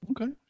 Okay